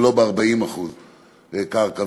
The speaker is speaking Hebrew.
ולא 40% מהקרקע,